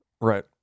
right